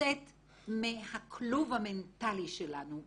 לצאת מהכלוב המנטלי שלנו,